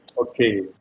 Okay